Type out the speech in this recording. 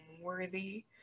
worthy